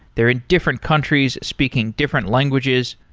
they're in different countries speaking different languages.